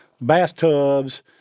bathtubs